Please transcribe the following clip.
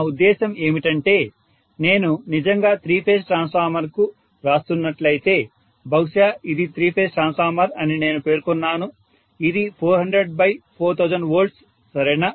నా ఉద్దేశ్యం ఏమిటంటే నేను నిజంగా త్రీ ఫేజ్ ట్రాన్స్ఫార్మర్ కు వ్రాస్తున్నట్లయితే బహుశా ఇది త్రీ ఫేజ్ ట్రాన్స్ఫార్మర్ అని నేను పేర్కొన్నాను ఇది 4004000V సరేనా